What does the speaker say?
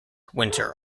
winter